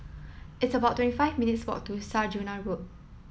it's about twenty five minutes' walk to Saujana Road